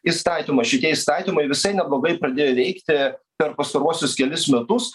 įstatymus šitie įstatymai visai neblogai pradėjo veikti per pastaruosius kelis metus